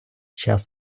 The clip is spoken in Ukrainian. час